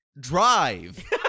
drive